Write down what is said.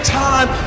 time